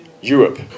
Europe